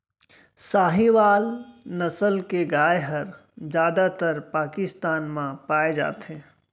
साहीवाल नसल के गाय हर जादातर पाकिस्तान म पाए जाथे